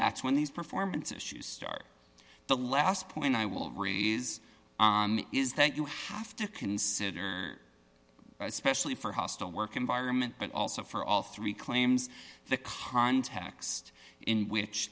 that's when these performance issues start the last point i will raise is that you have to consider especially for hostile work environment but also for all three claims the context in which